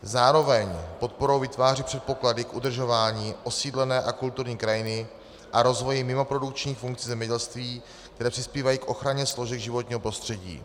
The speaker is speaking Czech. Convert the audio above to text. Zároveň podporou vytváří předpoklady k udržování osídlené a kulturní krajiny a k rozvoji mimoprodukčních funkcí zemědělství, které přispívají k ochraně složek životního prostředí.